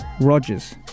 Rodgers